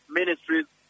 ministries